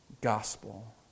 gospel